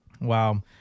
Wow